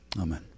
amen